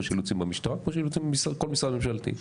שיש אילוצים במשטרה או בכל משרד ממשלתי.